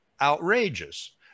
outrageous